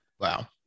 Wow